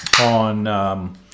on